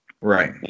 Right